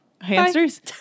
hamsters